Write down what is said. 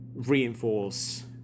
Reinforce